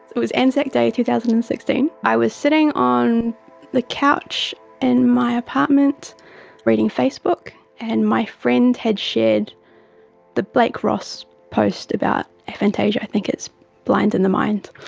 it was anzac day, two thousand and sixteen. i was sitting on the couch in and my apartment reading facebook and my friend had shared the blake ross post about aphantasia, i think it's blind in the mind,